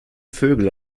vögel